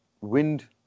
Wind